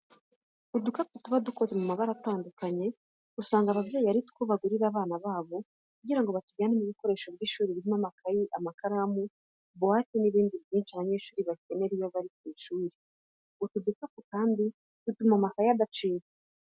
Udukapu tuba dukoze mu mabara atandukanye usanga ababyeyi ari two bagurira abana babo kugira ngo batujyanemo ibikoresho by'ishuri birimo amakayi, amakaramu, buwate n'ibindi byinshi abanyeshuri bakenera iyo bari ku ishuri. Utu dukapu kandi dutuma amakayi adacika.